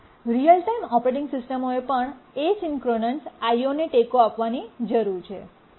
real time operating સિસ્ટમોએ પણ asynchronous IO ને ટેકો આપવાની જરૂર છે